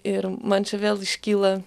ir man čia vėl iškyla